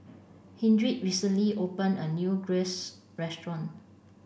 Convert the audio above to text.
Hildred recently opened a new Gyros Restaurant